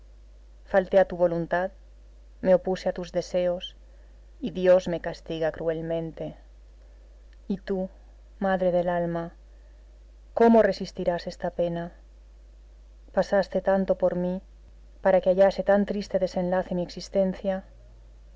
falté a tu voluntad me opuse a tus deseos y dios me castiga cruelmente y tú madre de alma cómo resistirás esta pena pasaste tanto por mí para que hallase tan triste desenlace mi existencia